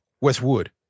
Westwood